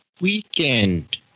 weekend